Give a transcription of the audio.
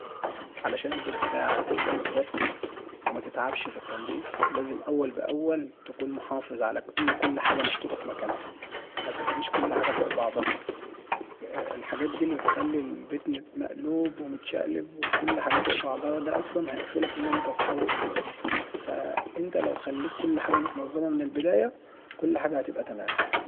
علشان البيت بتاعك يبقىمترتب ومتتعبش في التنضيف لازم أول بأول تكون محافظ على ان كل حاجة محطوطه في مكانها مترميش كل حاجة فوق بعضها الحاجات دي اللي بتحلي البيت مقلوب ومتشقلب وكل حاجة فوق بعضها دا أصلا هيقفلك انت انت تحاول تنضفه فانت لو خليتكل حاجة متنظمة من البداية كل حاجة هتبقى تمام